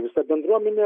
visa bendruomenė